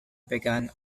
began